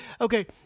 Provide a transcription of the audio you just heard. okay